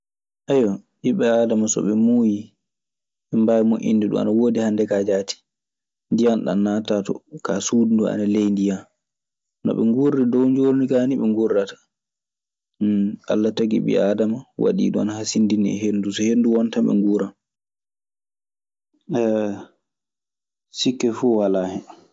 Ɓiɓɓe aadama so ɓe muuyii, eɓe mbaawi moƴƴinde ɗun. Ana woodi hannde kaa jaati. Ndiyan ɗan naatataa ton, kaa suudu nduu ana ley ndiyan. No ɓe ngurri dow njoorndi gaa nii ɓe ngurrata. Alla tagi ɓii aadama, waɗii duu ana hasindinii e henndu. So henndu won tan, ɓe nguuran. Sikke fuu walaa hen.